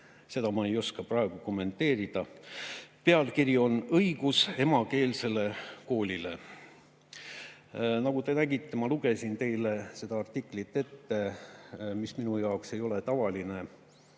Seda ma ei oska praegu kommenteerida. Pealkiri on "Õigus emakeelsele koolile". Nagu te nägite, ma lugesin teile ühe artikli ette, mis minu jaoks ei ole tavaline.